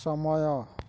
ସମୟ